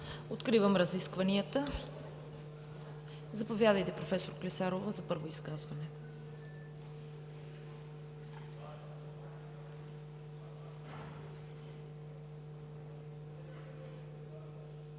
Откривам разискванията. Заповядайте, проф. Клисарова, за първо изказване.